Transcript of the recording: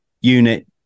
unit